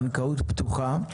בנקאות פתוחה,